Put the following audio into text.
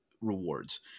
rewards